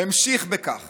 המשיך בכך